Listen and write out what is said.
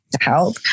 help